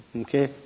Okay